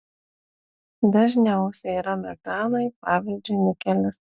dažniausiai yra metalai pavyzdžiui nikelis